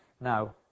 Now